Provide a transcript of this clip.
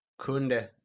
Kunde